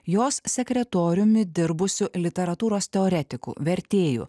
jos sekretoriumi dirbusiu literatūros teoretiku vertėju